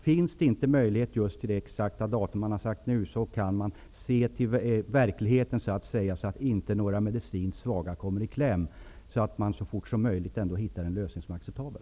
Lyckas man inte till exakt det datum man har sagt nu, kan man se till verkligheten, så att inte några medicinskt svaga kommer i kläm. Man bör så fort som möjligt hitta en lösning som är acceptabel.